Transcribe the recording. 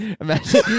imagine